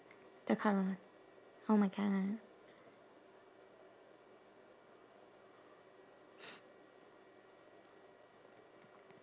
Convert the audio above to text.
the current one oh my current one